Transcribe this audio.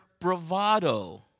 bravado